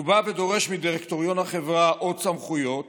הוא בא ודורש מדירקטוריון החברה עוד סמכויות